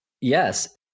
yes